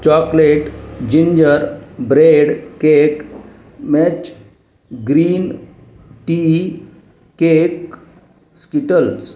chocolate ginger bread cake match green tea cake skittles